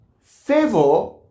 Favor